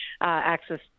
access